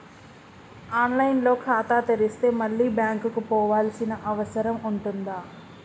On line లో ఖాతా తెరిస్తే మళ్ళీ బ్యాంకుకు పోవాల్సిన అవసరం ఉంటుందా?